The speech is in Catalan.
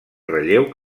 relleu